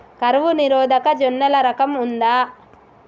కరువు నిరోధక జొన్నల రకం ఉందా?